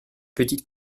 petites